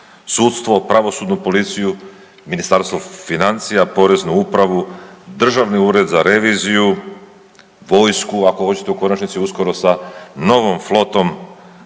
sudstvo, pravosudnu policiju, Ministarstvo financija, Poreznu upravu, Državni ured za reviziju, vojsku, ako hoćete u konačnici uskoro sa novom flotom